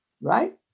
right